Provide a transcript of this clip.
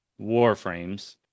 warframes